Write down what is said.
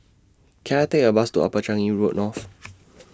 Can I Take A Bus to Upper Changi Road North